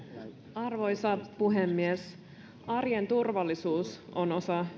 arvoisa puhemies arjen turvallisuus on osa